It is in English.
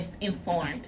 informed